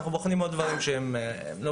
אנחנו בוחנים עוד דברים שהם עדיין לא